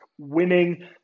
Winning